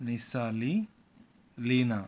Nishali Leena